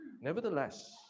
Nevertheless